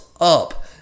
up